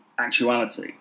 actuality